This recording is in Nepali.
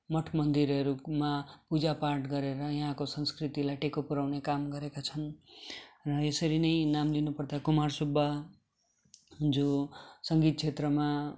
मठ मन्दिरहरूमा पूजापाठ गरेर यहाँको संस्कृतिलाई टेको पुर्याउने काम गरेका छन् र यसरी नै नाम लिनु पर्दा कुमार सुब्बा जो सङ्गीत क्षेत्रमा